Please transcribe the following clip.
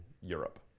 Europe